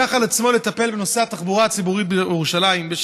שלקח על עצמו לטפל בנושא התחבורה הציבורית בירושלים.